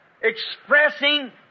expressing